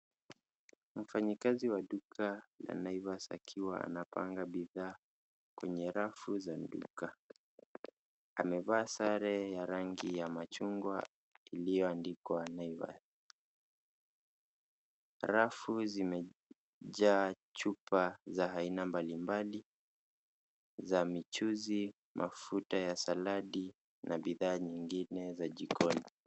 Mfanyikazi wa duka ya Naivas akiwa anapanga bidhaa kwenye rafu za duka. Amevaa sare ya rangi ya machungwa iliyo andikwa Naivas. Rafu zimejaa chupa za aina mbalimbali za michuzi, mafuta ya saladi na bidhaa nyingine za jikoni.